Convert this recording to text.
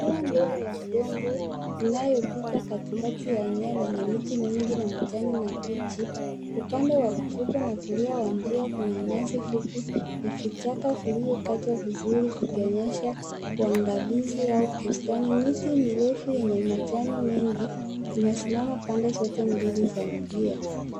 Mimea ndogo ya udongo inayopita katikati ya eneo lenye miti mingi na majani mabichi. Upande wa kushoto na kulia wa njia kuna nyasi fupi na vichaka viliyokatwa vizuri, vikionyesha uwangalizi au bustani. Miti mirefu yenye majani mengi, inasimama pande zote mbili za njia.